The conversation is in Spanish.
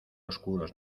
oscuros